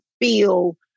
feel